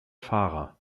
fahrer